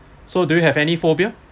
so do you have any phobia